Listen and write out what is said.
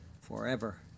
forever